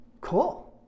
Cool